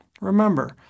Remember